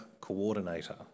coordinator